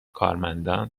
کارمندان